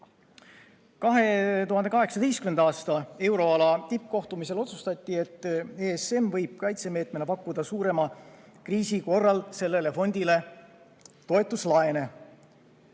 2018. aasta euroala tippkohtumisel otsustati, et ESM võib kaitsemeetmena pakkuda suurema kriisi korral sellele fondile toetuslaene.